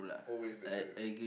always better